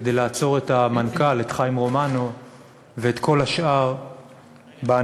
כדי לעצור את המנכ"ל חיים רומנו ואת כל השאר בהנהלה